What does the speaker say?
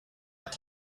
att